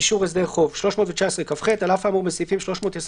"אישור הסדר החוב 319כח. על אף האמור בסעיפים 323(ב)